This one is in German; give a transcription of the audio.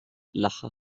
lache